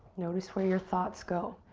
notice where your thoughts go.